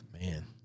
Man